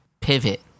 pivot